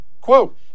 Quote